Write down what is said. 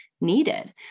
needed